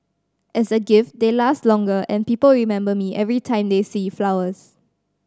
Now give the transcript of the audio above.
as a gift they last longer and people remember me every time they see the flowers